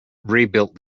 rebuilt